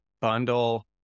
bundle